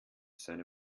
seine